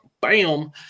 bam